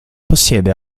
possiede